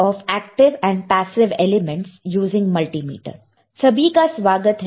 सभी का स्वागत है